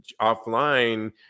offline